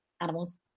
animals